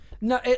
No